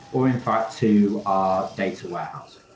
or in fact to our data warehouse.